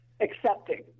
accepting